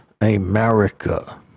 America